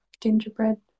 gingerbread